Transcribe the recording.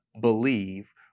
believe